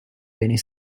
beni